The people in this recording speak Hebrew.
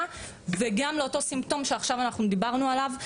וגם לאותו סימפטום שעכשיו דיברנו עליו,